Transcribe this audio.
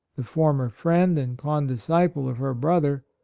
the former friend and condisciple of her brother,